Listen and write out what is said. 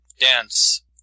dance